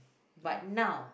but now